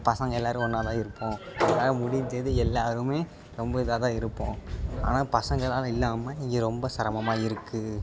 பசங்க எல்லோரும் ஒன்றாதான் இருப்போம் எங்களால் முடித்தது எல்லோருமே ரொம்ப இதாகதான் இருப்போம் ஆனால் பசங்கலாம் இல்லாமல் இங்கே ரொம்ப சிரமமாக இருக்குது